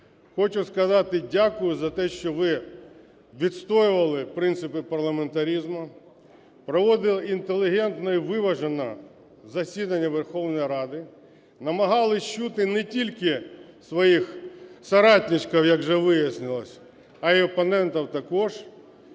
хочу сказати дякую за те, що ви відстоювали принципи парламентаризму, проводили інтелігентно і виважено засідання Верховної Ради, намагались чути не тільки своїх соратничков, як вже вияснилось, а і опонентів також.